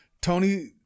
Tony